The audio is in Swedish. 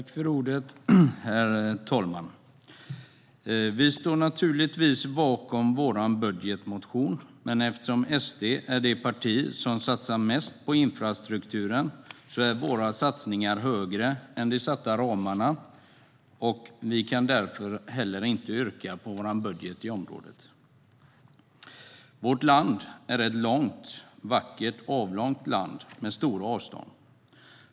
Herr talman! Vi står naturligtvis bakom vår budgetmotion, men eftersom SD är det parti som satsar mest på infrastrukturen är våra satsningar högre än de satta ramarna. Vi kan därför inte yrka bifall till vår budget på området. Vårt land är ett vackert, avlångt land med stora avstånd.